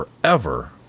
forever